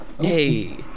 Hey